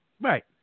Right